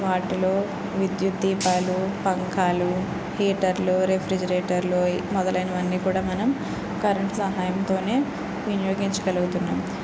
వాటిలో విద్యుత్ దీపాలు పంకాలు హీటర్లు రెఫ్రిజిరేటర్లు మొదలైనవి అన్నీ కూడా మనం కరెంట్ సహాయంతోనే వినియోగించగలుగుతున్నాం